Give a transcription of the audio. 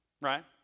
right